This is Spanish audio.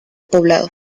poblado